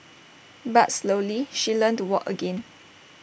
but slowly she learnt to walk again